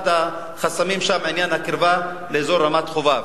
אחד החסמים שם הוא עניין הקרבה לאזור רמת-חובב.